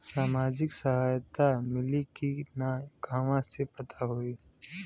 सामाजिक सहायता मिली कि ना कहवा से पता होयी?